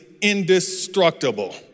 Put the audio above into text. indestructible